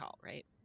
right